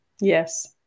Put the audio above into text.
Yes